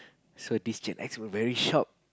so this Gen-X were very shock